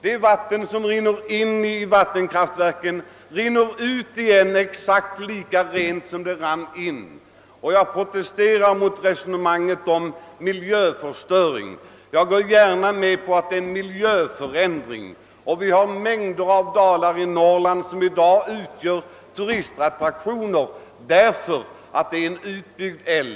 Det vatten som rinner in i vattenkraftverken rinner ut igen exakt lika rent. Jag protesterar mot resonemanget om miljöförstöring; däremot går jag gärna med på att det blir en miljöförändring. Det finns många älvdalar i Norrland, som i dag utgör turistattraktioner på grund av att älven är utbyggd.